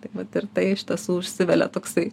tai vat ir tai iš tiesų užsivelia toksai